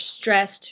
stressed